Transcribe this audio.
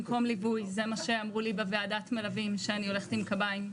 במקום ליווי זה מה שאמרו לי בוועדת מלווים שאני הולכת עם קביים.